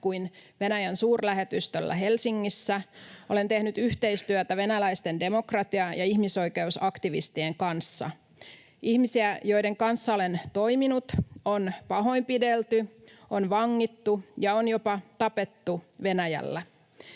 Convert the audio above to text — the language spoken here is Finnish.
kuin Venäjän suurlähetystöllä Helsingissä, olen tehnyt yhteistyötä venäläisten demokratia- ja ihmisoi-keusaktivistien kanssa. Ihmisiä, joiden kanssa olen toiminut, on pahoinpidelty, on vangittu ja on jopa tapettu Venäjällä.